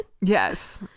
yes